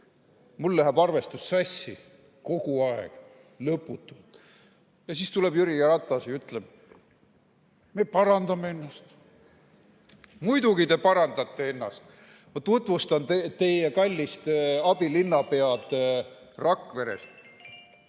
Mul läheb arvestus sassi – kogu aeg, lõputult. Ja siis tuleb Jüri Ratas ja ütleb: "Me parandame ennast." Muidugi te parandate ennast. Ma tutvustan teie kallist abilinnapead Rakverest,